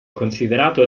considerato